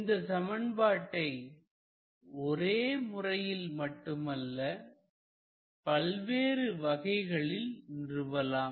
இந்த சமன்பாட்டை ஒரே முறையில் மட்டுமல்ல பல்வேறு வகைகளில் நிறுவலாம்